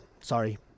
sorry